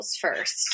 first